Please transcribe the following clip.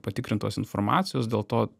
patikrintos informacijos dėl to